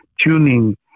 tuning